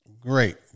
Great